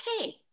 okay